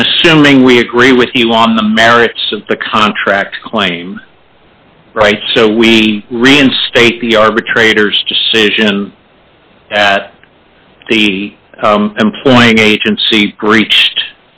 and assuming we agree with you on the merits of the contract claim right so we reinstate the arbitrator's decision at the employing agency reached